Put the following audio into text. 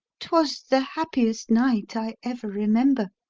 twas the happiest night i ever remember.